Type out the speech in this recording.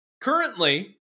currently